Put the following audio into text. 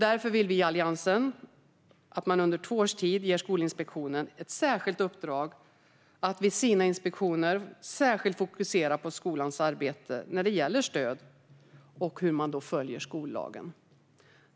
Därför vill vi i Alliansen att man under två års tid ger Skolinspektionen i särskilt uppdrag att vid sina inspektioner särskilt fokusera på skolans arbete när det gäller stöd samt hur man följer skollagen.